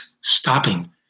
stopping